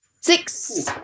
Six